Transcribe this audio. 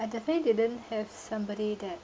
I definitely didn't have somebody that